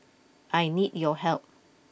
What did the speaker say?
I need your help